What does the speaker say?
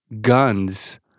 Guns